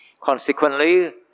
Consequently